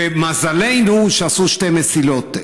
ומזלנו שעשו שתי מסילות.